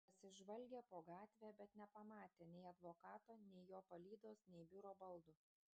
pasižvalgė po gatvę bet nepamatė nei advokato nei jo palydos nei biuro baldų